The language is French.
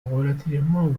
relativement